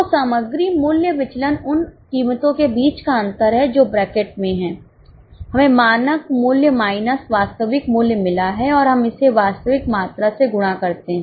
तो सामग्री मूल्य विचलन उन कीमतों के बीच का अंतर है जो ब्रैकेट में है हमें मानक मूल्य माइनस वास्तविक मूल्य मिला है और हम इसे वास्तविक मात्रा से गुणा करते हैं